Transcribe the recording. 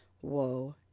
whoa